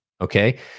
Okay